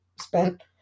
spent